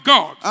God